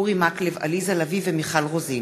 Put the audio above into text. אורי מקלב, עליזה לביא ומיכל רוזין